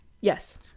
Yes